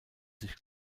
sich